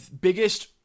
biggest